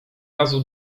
razu